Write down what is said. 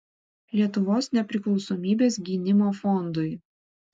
lietuvos nepriklausomybės gynimo fondui